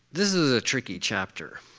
this is a tricky chapter